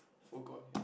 forgot